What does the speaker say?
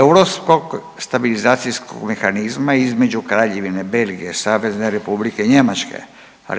Europskog stabilizacijskog mehanizma između Kraljevine Belgije, Savezne Republike Njemačke,